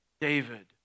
David